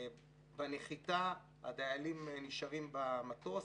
בנחיתה הדיילים נשארים במטוס.